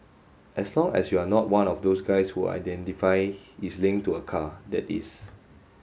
as long as you're not one of those guys who identify is linked to a car that is